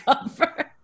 cover